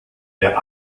der